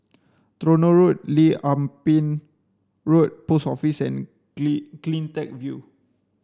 Tronoh Road Lim Ah Pin Road Post Office Clean CleanTech View